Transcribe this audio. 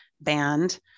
band